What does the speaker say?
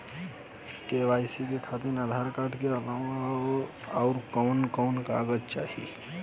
KYC करे खातिर Aadhaar card के अलावा आउरकवन कवन कागज चाहीं?